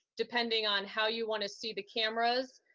depending on how you want to see the cameras,